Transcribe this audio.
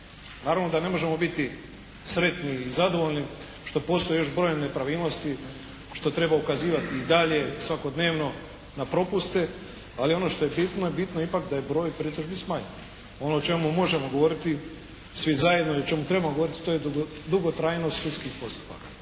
Naravno da ne možemo biti sretni i zadovoljni što postoje još brojne nepravilnosti, što treba ukazivati i dalje svakodnevno na propuste ali ono što je bitno, bitno je ipak da je broj pritužbi smanjen. Ono o čemu možemo govoriti svi zajedno i o čemu trebamo govoriti to je dugotrajnost sudskih postupaka.